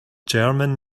german